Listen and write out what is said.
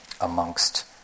amongst